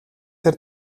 тэр